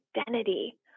identity